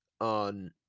on